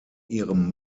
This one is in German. ihrem